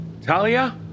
Talia